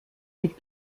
mit